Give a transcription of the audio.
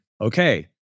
okay